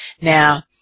Now